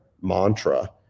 mantra